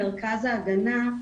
מרכז ההגנה,